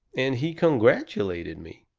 and he congratulated me.